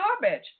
garbage